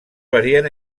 varien